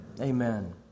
Amen